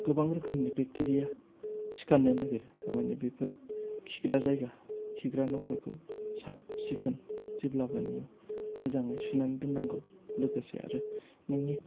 गोबां रोखोमनि बेक्तेरिया सिखारनो नागिरो थारमाने बेफोर खिग्रा जायगा खिग्रा न'फोरखौ साब सिखोन जेब्लाबो मोजाङै सुनानै दोननांगौ लोगोसे आरो नोंनि